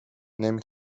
نمی